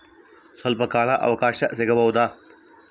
ಸ್ವಲ್ಪ ಕಾಲ ಅವಕಾಶ ಸಿಗಬಹುದಾ?